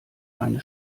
eine